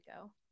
go